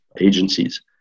agencies